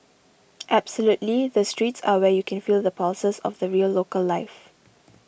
absolutely the streets are where you can feel the pulses of the real local life